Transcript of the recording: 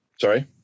Sorry